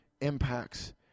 impacts